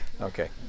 okay